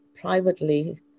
privately